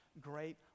great